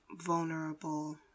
vulnerable